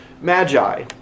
magi